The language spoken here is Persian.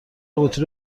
قوطی